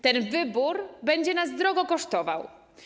Ten wybór będzie nas drogo kosztował.